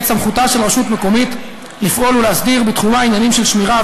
את סמכותה של רשות מקומית לפעול ולהסדיר בתחומה עניינים של שמירה,